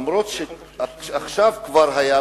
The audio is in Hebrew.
אף-על-פי שעכשיו כבר היתה,